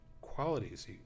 qualities